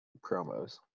promos